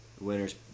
Winners